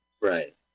Right